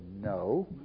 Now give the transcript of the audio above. no